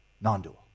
non-dual